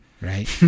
Right